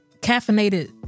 caffeinated